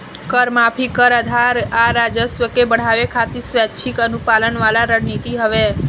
कर माफी, कर आधार आ राजस्व के बढ़ावे खातिर स्वैक्षिक अनुपालन वाला रणनीति हवे